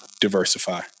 diversify